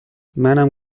منم